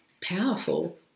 powerful